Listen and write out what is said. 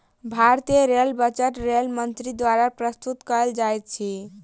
भारतीय rail budget rail मंत्री द्वारा प्रस्तुत कयल जाइत अछि